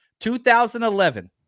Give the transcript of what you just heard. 2011